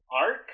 arc